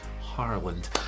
Harland